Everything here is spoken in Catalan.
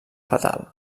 fatal